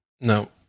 No